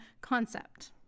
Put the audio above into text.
concept